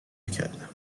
کردم